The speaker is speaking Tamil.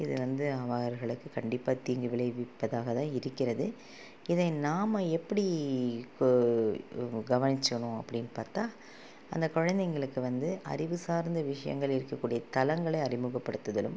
இது வந்து அவர்களுக்கு கண்டிப்பாக தீங்கு விளைவிப்பதாக தான் இருக்கிறது இதை நாம் எப்படி இப்போது கவனிச்சிக்கணும் அப்படின்னு பார்த்தா அந்த குழந்தைங்களுக்கு வந்து அறிவு சார்ந்த விஷயங்கள் இருக்க கூடிய தளங்களை அறிமுகப்படுத்துதலும்